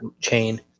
chain